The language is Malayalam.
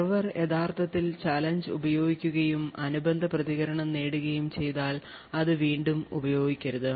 സെർവർ യഥാർത്ഥത്തിൽ ചാലഞ്ച് ഉപയോഗിക്കുകയും അനുബന്ധ പ്രതികരണം നേടുകയും ചെയ്താൽ അത് വീണ്ടും ഉപയോഗിക്കരുത്